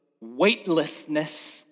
Weightlessness